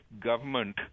government